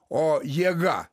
o jėga